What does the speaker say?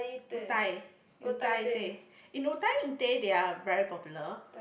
utai utaite in utaite they're very popular